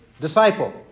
disciple